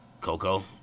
Coco